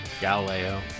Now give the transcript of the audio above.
Galileo